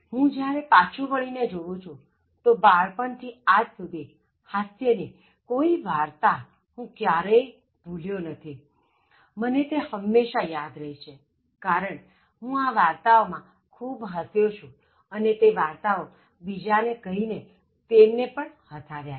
હું જ્યારે પાછું વળીને જોવું છુ તો બાળપણ થી આજ સુધી હાસ્ય ની કોઇ વાર્તા હું ક્યારેય ભૂલ્યો નથી મને તે હંમેશા યાદ રહી છે કારણ હું આ વાર્તાઓ માં ખૂબ હસ્યો છું અને તે વાર્તાઓ બીજા ને કહી ને તેમને પણ ખૂબ હસાવ્યા છે